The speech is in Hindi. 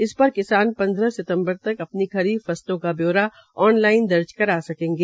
इस पर किसान पन्दह सितम्बर तक अपनी खरीफ फसलों का ब्यौरा ऑन लाइन कर दर्ज कर सकेंगे